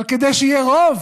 אבל כדי שיהיה רוב